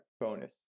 bonus